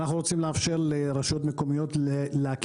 אנחנו רוצים לאפשר לרשויות מקומיות להק